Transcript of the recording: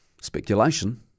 Speculation